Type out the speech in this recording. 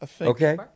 Okay